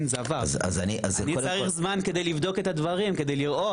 אני צריך זמן כדי לבדוק את הדברים ולראות.